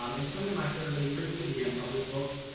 um and some of my early, particularly unpublished, books,